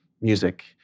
music